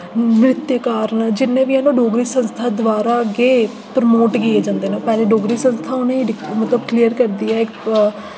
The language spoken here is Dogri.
नृत्यकार न जिन्ने बी हैन ओह् डोगरी संस्था द्वारा गै प्रमोट कीते जंदे न पैंह्ले डोगरी संस्था उ'नें गी मतलब क्लियर करदी ऐ